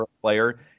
player